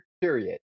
period